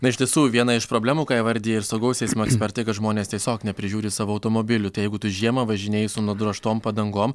na iš tiesų viena iš problemų ką įvardija ir saugaus eismo ekspertai kad žmonės tiesiog neprižiūri savo automobilių tai jeigu tu žiemą važinėji su nudrožtom padangom